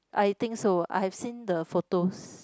I think so I have seen the photos